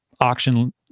auction